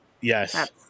Yes